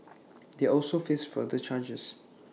they also face further charges